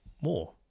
more